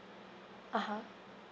(uh huh)